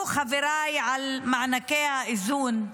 חבריי דיברו על מענקי האיזון,